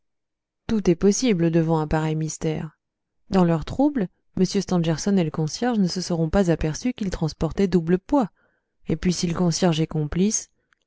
tout est possible devant un pareil mystère dans leur trouble m stangerson et le concierge ne se seront pas aperçus qu'ils transportaient double poids et puis si le concierge est complice